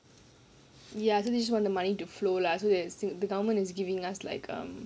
ya so this just want the money to flow lah so th~ the government is giving us like um